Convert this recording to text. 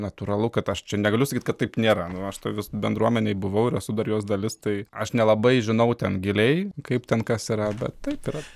natūralu kad aš čia negaliu sakyt kad taip nėra nu aš toj vis bendruomenėj buvau ir esu dar jos dalis tai aš nelabai žinau ten giliai kaip ten kas yra bet taip yra